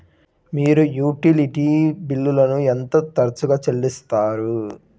మీరు యుటిలిటీ బిల్లులను ఎంత తరచుగా చెల్లిస్తారు?